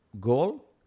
goal